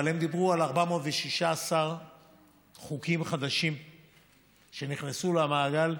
אבל הם דיברו על 416 חוקים חדשים שנכנסו למעגל,